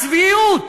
הצביעות.